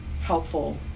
helpful